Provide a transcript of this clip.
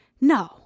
No